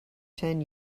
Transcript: ten